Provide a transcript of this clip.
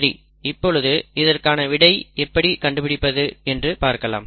சரி இப்பொழுது இதற்கான விடையை எப்படி கண்டுபிடிப்பது என்று பார்க்கலாம்